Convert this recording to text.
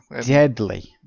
Deadly